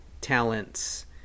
talents